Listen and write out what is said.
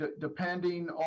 depending